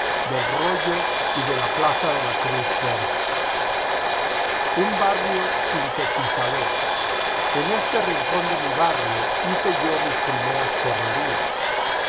del rollo y de la plaza de la cruz verde un barrio sintetizador en este rincón de mi barrio hice yo mis primeras correrías